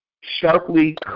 sharply